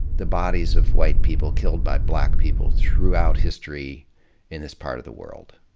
the bodies of white people killed by black people throughout history in this part of the world.